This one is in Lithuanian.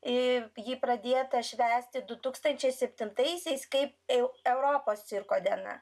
ir ji pradėta švęsti du tūkstančiai septintaisiais kaip europos cirko diena